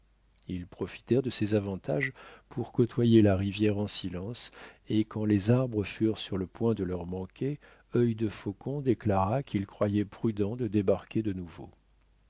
ils profitèrent de ces avantages pour côtoyer la rivière en silence et quand les arbres furent sur le point de leur manquer œil de faucon déclara qu'il croyait prudent de débarquer de nouveau